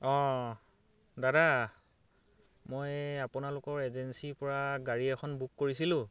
অঁ দাদা মই আপোনালোকৰ এজেঞ্চীৰ পৰা গাড়ী এখন বুক কৰিছিলোঁ